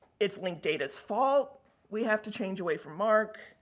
it's link data's fault we have to change away from marc.